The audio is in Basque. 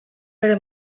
bere